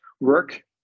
work